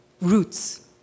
roots